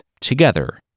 together